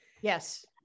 Yes